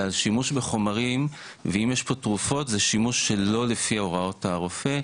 אלא על שימוש בחומרים ואם יש פה תרופות זה שימוש שלא לפי הוראות הרופא,